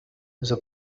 إذا